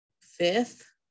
fifth